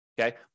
Okay